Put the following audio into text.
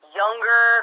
younger